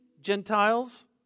Gentiles